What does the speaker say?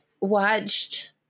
watched